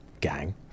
Gang